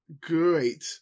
great